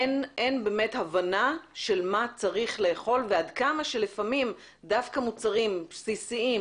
אין באמת הבנה של מה צריך לאכול ועד כמה שלפעמים דווקא מוצרים בסיסיים,